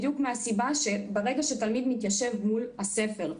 כי ברגע שתלמיד מתיישב מול הספר,